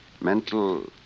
Mental